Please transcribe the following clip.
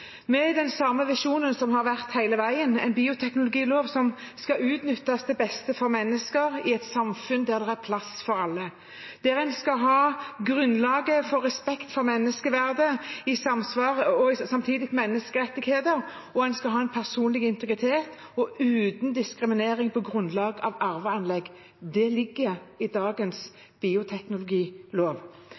med den samme visjonen som har vært der hele veien – en bioteknologilov som skal utnyttes til beste for mennesker i et samfunn der det er plass for alle, der grunnlaget skal være respekt for menneskeverdet og menneskerettighetene, og der en skal ha personlig integritet uten diskriminering på grunnlag av arveanlegg. Det ligger i dagens bioteknologilov.